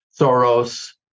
Soros